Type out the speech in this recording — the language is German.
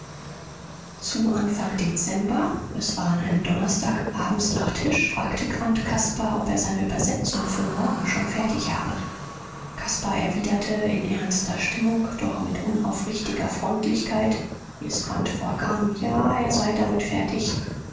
zu anfang dezember es war an einem donnerstag abends nach tisch fragte quandt caspar ob er seine übersetzung für morgen schon fertig habe caspar erwiderte in ernster stimmung doch mit unaufrichtiger freundlichkeit wie es quandt vorkam ja er sei damit fertig